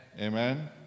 amen